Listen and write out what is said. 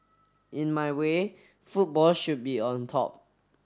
in my way football should be on top